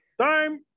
time